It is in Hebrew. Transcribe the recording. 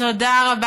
תודה רבה.